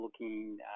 looking